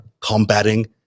combating